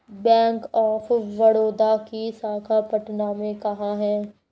Bank of Baroda की शाखा पटना में कहाँ है?